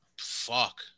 fuck